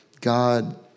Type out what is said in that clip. God